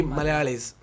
Malayalis